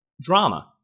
drama